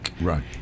Right